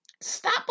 Stop